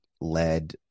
led